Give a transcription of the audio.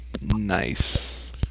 nice